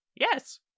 Yes